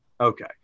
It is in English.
Okay